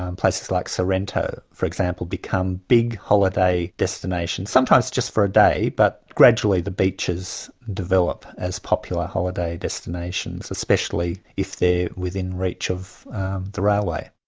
ah and places like sorrento, for example, become big holiday destinations, sometimes just for a day, but gradually the beaches develop as popular holiday destinations, especially if they're within reach of the railway.